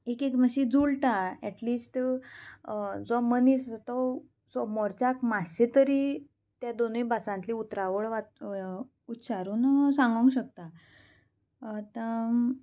एक एक मातशी जुळटा एटलीस्ट जो मनीस आसा तो समोरच्याक मातशें तरी त्या दोनूय भासांतली उतरावळ वा उच्चारून सांगोंक शकता आतां